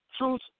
Truth